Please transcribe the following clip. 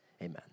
Amen